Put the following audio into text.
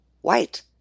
white